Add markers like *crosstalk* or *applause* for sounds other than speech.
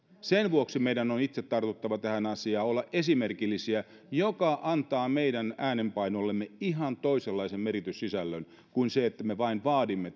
sen vuoksi meidän on itse tartuttava tähän asiaan oltava esimerkillisiä mikä antaa meidän äänenpainollemme ihan toisenlaisen merkityssisällön kuin se että me vain vaadimme *unintelligible*